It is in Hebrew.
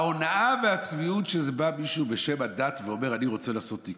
ההונאה והצביעות הן כשבא מישהו בשם הדת ואומר: אני רוצה לעשות תיקון.